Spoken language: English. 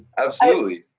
absolutely.